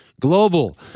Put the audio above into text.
Global